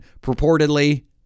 purportedly